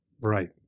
Right